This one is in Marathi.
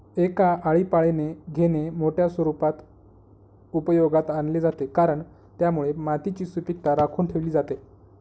एक आळीपाळीने घेणे मोठ्या स्वरूपात उपयोगात आणले जाते, कारण त्यामुळे मातीची सुपीकता राखून ठेवली जाते